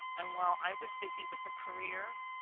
and while i was busy with a career,